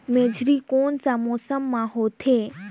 मेझरी कोन सा मौसम मां होथे?